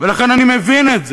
ולכן אני מבין את זה.